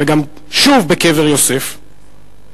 ושוב בקבר יוסף.